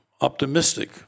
optimistic